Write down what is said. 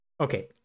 Okay